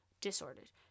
disordered